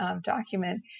document